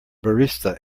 barista